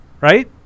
Right